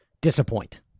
disappoint